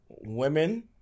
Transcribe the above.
women